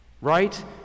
Right